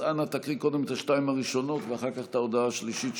אז אנא תקריא קודם את השתיים הראשונות ואחר כך את ההודעה השלישית,